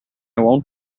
won’t